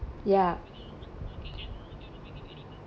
ya